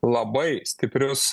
labai stiprius